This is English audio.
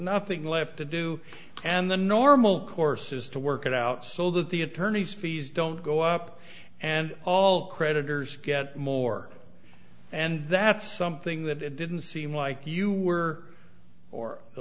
nothing left to do and the normal course is to work it out so that the attorney's fees don't go up and all creditors get more and that's something that it didn't seem like you were or